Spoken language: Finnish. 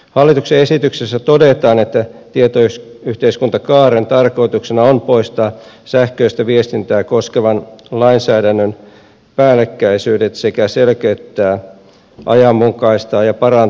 hallituksen esityksessä todetaan että tietoyhteiskuntakaaren tarkoituksena on poistaa sähköistä viestintää koskevan lainsäädännön päällekkäisyydet sekä selkeyttää ajanmukaistaa ja parantaa sääntelyä